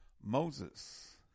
Moses